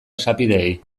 esapideei